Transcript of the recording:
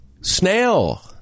Snail